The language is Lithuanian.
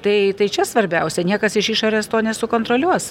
tai tai čia svarbiausia niekas iš išorės to nesukontroliuos